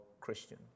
Christian